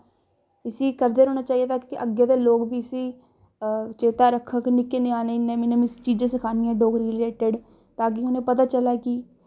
इस्सी करदे रौह्ना चाहिदा कि अग्गें दे लोक बी इस्सी चेत्ता रक्खग निक्के ञ्याणें नमी नमीं चीजां सखानियां डोगरी दे रिलेटिड ता कि उ'नें पता चलै कि